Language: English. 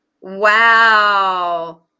Wow